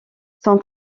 son